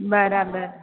બરાબર